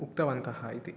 उक्तवन्तः इति